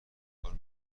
کار